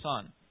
son